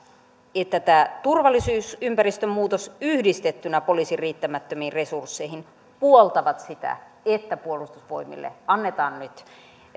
että tämä turvallisuusympäristön muutos yhdistettynä poliisin riittämättömiin resursseihin puoltavat sitä että puolustusvoimille annetaan nyt